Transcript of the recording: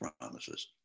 promises